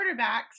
quarterbacks